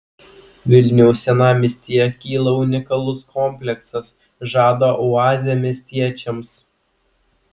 vilniaus senamiestyje kyla unikalus kompleksas žada oazę miestiečiams